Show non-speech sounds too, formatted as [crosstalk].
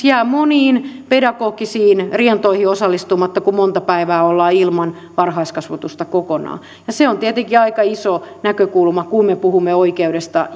[unintelligible] jää moniin pedagogisiin rientoihin osallistumatta kun monta päivää ollaan ilman varhaiskasvatusta kokonaan se on tietenkin aika iso näkökulma kun me puhumme oikeudesta [unintelligible]